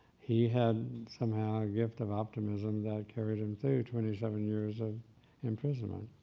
he had somehow a gift of optimism that carried him through twenty seven years of imprisonment.